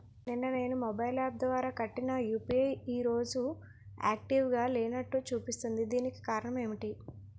నిన్న నేను mobile app ద్వారా కట్టిన యు.పి.ఐ ఈ రోజు యాక్టివ్ గా లేనట్టు చూపిస్తుంది దీనికి కారణం ఏమిటి?